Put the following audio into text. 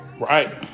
Right